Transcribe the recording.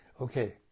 Okay